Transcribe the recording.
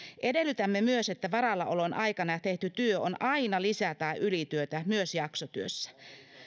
edellytämme myös että varallaolon aikana tehty työ on aina lisä tai ylityötä myös jaksotyössä